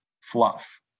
fluff